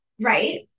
Right